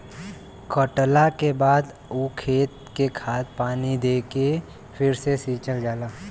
कटला के बाद ऊ खेत के खाद पानी दे के फ़िर से सिंचल जाला